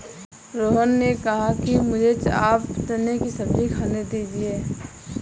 रोहन ने कहा कि मुझें आप चने की सब्जी खाने दीजिए